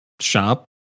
shop